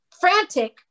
frantic